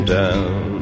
down